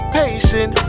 patient